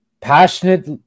passionate